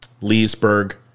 Leesburg